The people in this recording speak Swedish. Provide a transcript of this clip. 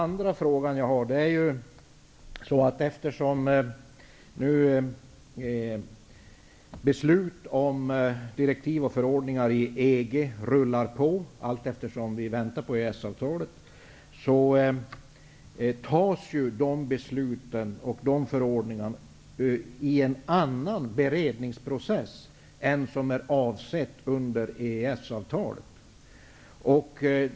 nu rullar på i avvaktan på EES-avtalet, fattas dessa beslut och förordningar i en annan beredningsprocess än vad som är avsett i EES avtalet.